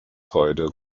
heute